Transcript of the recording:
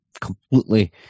completely